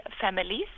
families